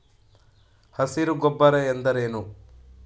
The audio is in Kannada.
ಹಸಿರು ಗೊಬ್ಬರ ಎಂದರೇನು?